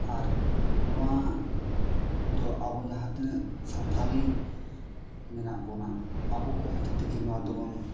ᱟᱨ ᱱᱚᱣᱟ ᱫᱚ ᱟᱵᱚ ᱡᱟᱦᱟᱸ ᱛᱤᱱᱟᱹᱜ ᱥᱟᱱᱛᱟᱞᱤ ᱢᱮᱱᱟᱜ ᱵᱚᱱᱟ ᱟᱵᱚᱠᱚ ᱦᱚᱛᱮ ᱛᱮᱜᱮ ᱱᱚᱣᱟ ᱫᱚᱵᱚᱱ